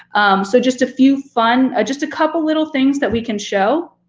so just a few fun, ah just a couple little things that we can show